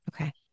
Okay